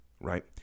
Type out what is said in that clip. right